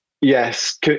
yes